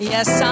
Yes